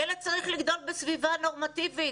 ילד צריך לגדול בסביבה נורמטיבית,